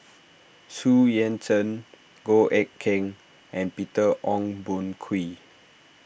Xu Yuan Zhen Goh Eck Kheng and Peter Ong Boon Kwee